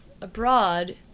abroad